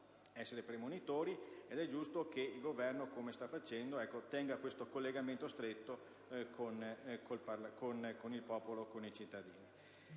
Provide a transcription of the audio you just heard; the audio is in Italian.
segnali premonitori. È giusto che il Governo, come sta facendo, tenga questo collegamento stretto con il popolo e con i cittadini.